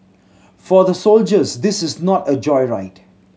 for the soldiers this is not a joyride